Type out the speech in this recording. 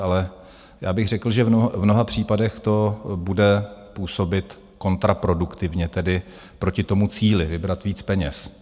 Ale já bych řekl, že v mnoha případech to bude působit kontraproduktivně, tedy proti cíli vybrat víc peněz.